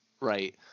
Right